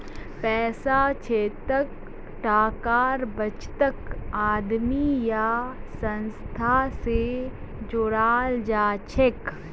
पैसार क्षेत्रत टाकार बचतक आदमी या संस्था स जोड़ाल जाछेक